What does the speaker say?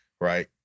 Right